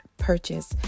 Purchase